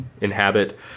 inhabit